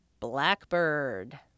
Blackbird